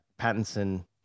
Pattinson